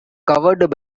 covered